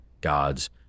God's